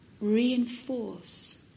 reinforce